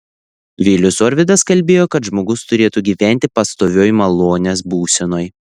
vilius orvydas kalbėjo kad žmogus turėtų gyventi pastovioj malonės būsenoj